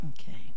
Okay